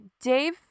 Dave